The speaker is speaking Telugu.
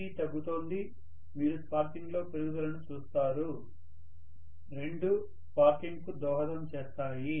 dt తగ్గుతోంది మీరు స్పార్కింగ్లో పెరుగుదలను చూస్తారు రెండూ స్పార్కింగ్ కు దోహదం చేస్తాయి